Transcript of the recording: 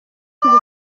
kandi